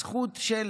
הזכות של